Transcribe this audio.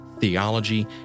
theology